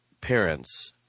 parents